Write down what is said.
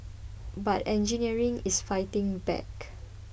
but engineering is fighting back